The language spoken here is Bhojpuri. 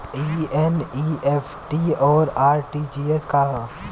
ई एन.ई.एफ.टी और आर.टी.जी.एस का ह?